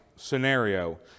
scenario